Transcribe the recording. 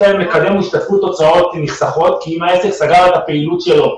יש להם מקדם השתתפות הוצאות נחסכות כי אם העסק סגר את הפעילות שלו,